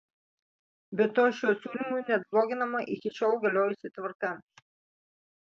be to šiuo siūlymu net bloginama iki šiol galiojusi tvarka